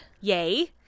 Yay